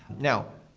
now,